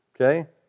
okay